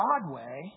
Broadway